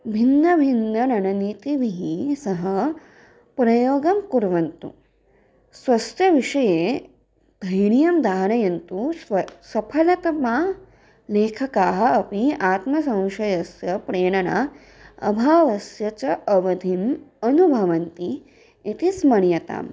भिन्नभिन्न रणनीतिभिः सह प्रयोगं कुर्वन्तु स्वास्थ्यविषये धैर्यं धारयन्तु स्व सफलतमा लेखकाः अपि आत्मसंशयस्य प्रेरणा अभावस्य च अवधिम् अनुभवन्ति इति स्मर्यताम्